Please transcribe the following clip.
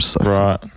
Right